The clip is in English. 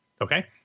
Okay